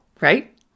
right